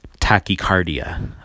tachycardia